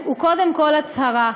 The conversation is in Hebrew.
קודם כול הצהרה.